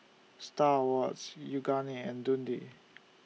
STAR Awards Yoogane and Dundee